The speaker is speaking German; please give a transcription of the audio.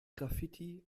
graffiti